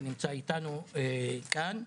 שנמצא איתנו כאן.